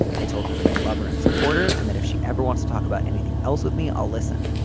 i told her that i love her and supporter and that if she ever wants to talk about anything else with me i'll listen.